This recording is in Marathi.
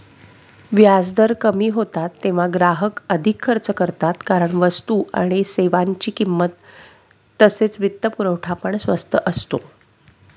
व्याजदर कमी होतात तेव्हा ग्राहक अधिक खर्च करतात कारण वस्तू आणि सेवांची किंमत तसेच वित्तपुरवठा पण स्वस्त असतो